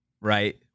right